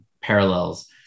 parallels